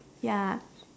ya